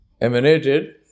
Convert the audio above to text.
emanated